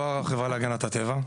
לא החברה להגנת הטבע.